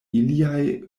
iliaj